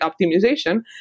optimization